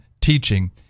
teaching